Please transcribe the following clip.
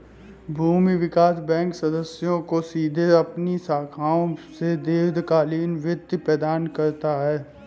भूमि विकास बैंक सदस्यों को सीधे अपनी शाखाओं से दीर्घकालिक वित्त प्रदान करता है